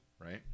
right